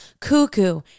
cuckoo